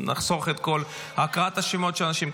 נחסוך את כל הקראת השמות של האנשים.